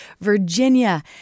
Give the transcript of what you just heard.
Virginia